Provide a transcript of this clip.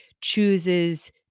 chooses